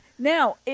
Now